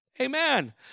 Amen